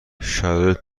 شرایط